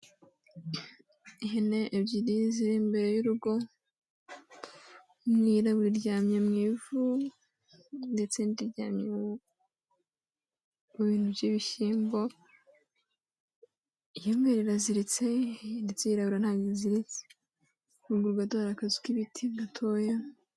Ihene ebyiri ziri imbere y'urugo, imwe yirabura iryamye mu ivu, ndetse n'indi iryamye mu bintu by'ibishyimbo, iy'umweru iraziritse, ndetse iyirabura ntabwo iziritse, ruguru gato hari akazu k'ibiti gatoya.